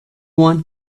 want